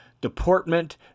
deportment